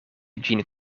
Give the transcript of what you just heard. ĝin